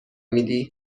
میدی